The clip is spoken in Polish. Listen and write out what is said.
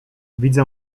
widzę